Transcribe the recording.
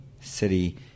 city